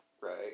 right